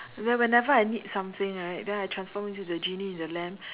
then whenever I need something right then I transform into the genie in the lamp